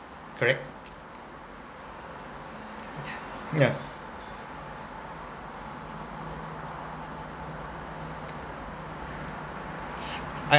correct yeah I